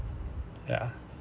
ya